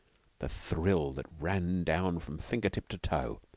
the thrill that ran down from finger-tip to toe!